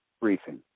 briefing